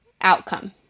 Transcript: outcome